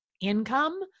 income